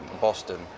boston